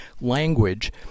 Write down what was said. language